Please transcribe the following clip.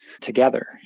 together